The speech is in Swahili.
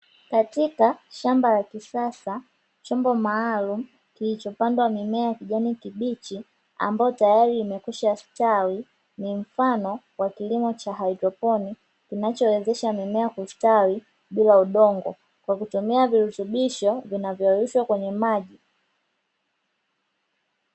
Katika shamba la kisasa chombo maalumu kilichopandwa mimea ya kijani kibichi, ambayo tayari imekwisha stawi ni mfano wa kilimo cha haidroponi kinachowezesha mimea kustawi bila udongo kwa kutumia virutubisho vinavyoyeyushwa kwenye maji.